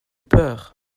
peur